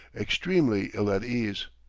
extremely ill at ease.